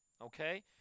Okay